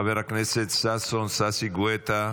חבר הכנסת ששון ששי גואטה,